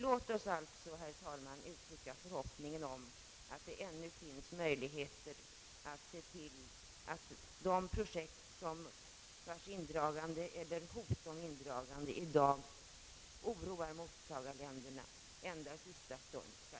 Låt oss alltså, herr talman, uttrycka förhoppningen om att det finns möjligheter att i sista stund rädda de projekt, beträffande vilka hotet om indragning i dag oroar mottagarländerna.